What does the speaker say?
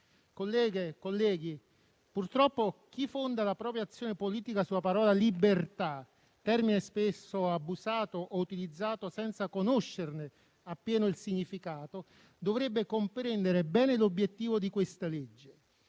Colleghe, colleghi, purtroppo, chi fonda la propria azione politica sulla parola «libertà», termine spesso abusato o utilizzato senza conoscerne appieno il significato, dovrebbe comprendere bene l'obiettivo di questa legge: